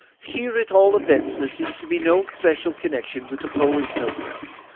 here at all events there seems to be no special connection with the polar snow-caps,